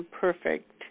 perfect